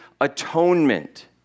atonement